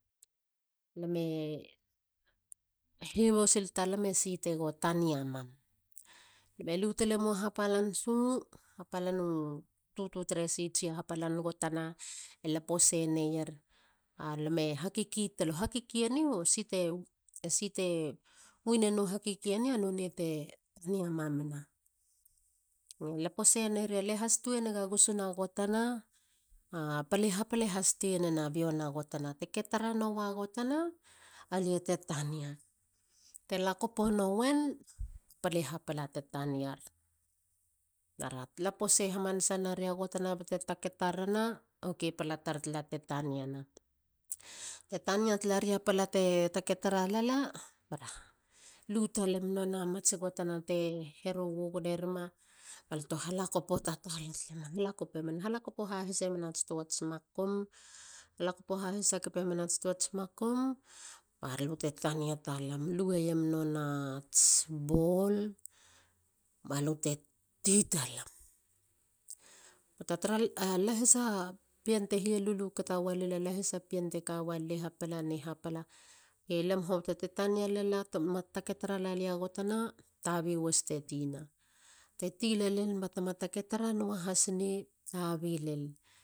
Lame hiho sil talame si togo tania mam. Lame lu talemo hapalan su. hapalan tutu tre si tsia hapalan gotana e laposei neier a lame hakiki talam. u hakiki eni. esi te win eno hakiki eni nonei te tania mamina. E laposei neier. alie hastue nega gusuna gotana. a pali hapala e haste neiena bio na gotana. Te lakopono wen. pali hapala te taniar. Bara. lapo se hamanasa naria gotana ba te ta kei. tarana. Oke. pala tar tala te taniana. Te tania tala na pala te takei tara lala. bara lu talem mats gotana te heru gugonemuma. balto halakopo tatala talemen. halakop hahis e men ats tuats makum. halakopo hahis hakape men ats tuats makum. balute tania talam. Lueiema nonats bol balu te ti talam. Lahisa pien te lulukata melila lahisa pien te kaweni hapala ne hapala. oke. lam hoboto te ma ttaketara laleia gotana. tabi wis te ti na. Te ti lalen ba te ma taketara nuas has nei. tabi lel